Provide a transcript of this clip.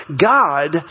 God